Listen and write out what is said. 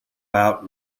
out